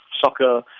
soccer